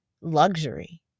luxury